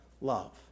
love